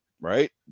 right